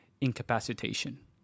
incapacitation